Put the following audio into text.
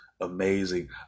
amazing